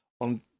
on